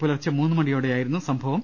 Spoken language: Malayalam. പുലർച്ചെ മൂന്നു മണിയോടെയാ യിരുന്നു സംഭവം